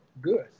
good